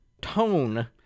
tone